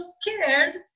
scared